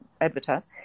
advertise